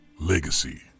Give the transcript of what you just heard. legacy